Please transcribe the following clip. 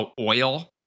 oil